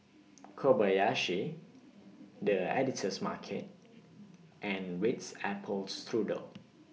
Kobayashi The Editor's Market and Ritz Apple Strudel